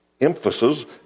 emphases